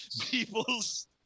people's